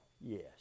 yes